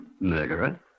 murderer